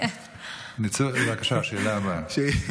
בבקשה, השאלה הבאה.